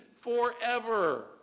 forever